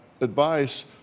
advice